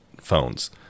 phones